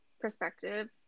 perspective